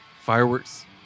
Fireworks